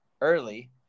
early